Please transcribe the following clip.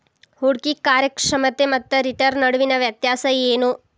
ಹೂಡ್ಕಿ ಕಾರ್ಯಕ್ಷಮತೆ ಮತ್ತ ರಿಟರ್ನ್ ನಡುವಿನ್ ವ್ಯತ್ಯಾಸ ಏನು?